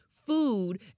food